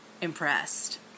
impressed